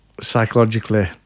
psychologically